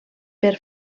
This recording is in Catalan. per